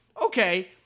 okay